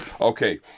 Okay